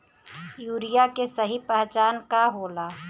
Urea के सही पहचान का होला?